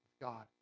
God